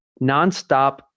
nonstop